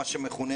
מה שמכונה,